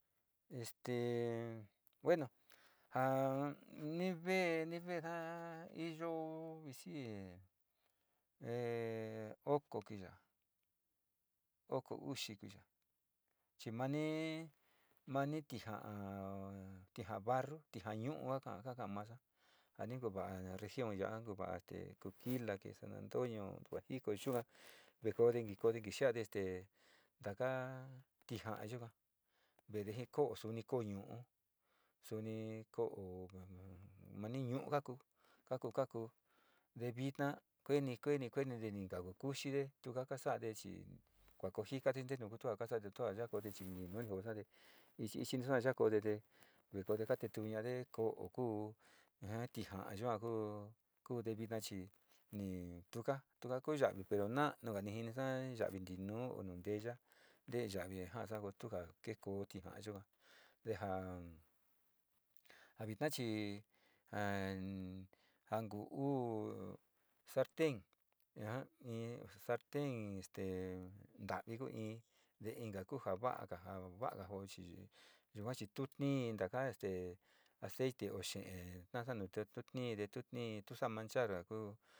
Este bueno, a ni ve, ni veeda iyo visi e oko kuiya, oko uxi kuiya chi mani, mani tija'a, tija'a banu, tija'a ñu'u ka ka'a masa ja ni kuva'a región ya'a kuva'a kukila te san antenio ntua jiko yua kikoode kikoode kisiade stee taka tija'a yuka veede ji ko'o kob ñu'u suni ko'o nani nuu yua ku kakui ka kude vina kueni kueni kueni ni ka kuxide tuka kasade chi kua ku jikade ntenu tua kasade tua ya'a ichi ninu, ichi, ni sua cha koodete ka tetude nade ko'o kuu, te vina chii ni tuka kuka ku ya'avi pero na'anuga nijinisa yavi ntinuu nundeeya ntee yavi ja'asa na tuka ke koo tija'a yuka te jaa. Ja vina chii jaa janku vu kuu sarten yua in sarten te ntavi kuu in te inca kuu ja va'aga, ja va'aga chi, yuga chi tu tiii ntaka este aceite o xee taasa nu te tutiii, tutiii sa'a manchar jaku.